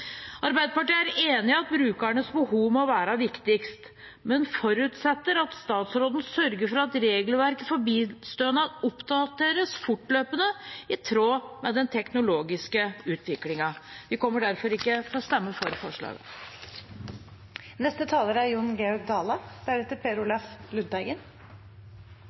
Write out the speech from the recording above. Arbeiderpartiet er enig i at brukernes behov må være viktigst, men forutsetter at statsråden sørger for at regelverket for bilstønad oppdateres fortløpende i tråd med den teknologiske utviklingen. Vi kommer derfor ikke til å stemme for forslaget. Dette representantforslaget er